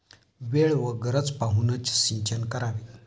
वेळ व गरज पाहूनच सिंचन करावे